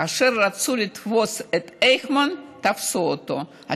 כאשר רצו לתפוס את אייכמן, תפסו אותו.